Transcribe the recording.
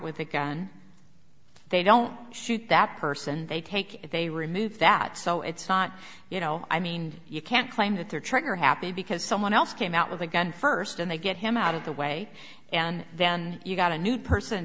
with a gun they don't shoot that person they take if they remove that so it's not you know i mean you can't claim that they're trigger happy because someone else came out with a gun first and they get him out of the way and then you've got a new person